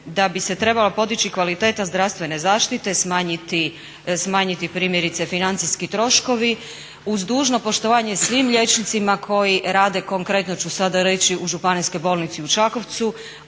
da bi se trebala podići kvaliteta zdravstvene zaštite, smanjiti primjerice financijski troškovi uz dužno poštovanje svim liječnicima koji rade, konkretno ću sada reći u Županijskoj bolnici u Čakovcu?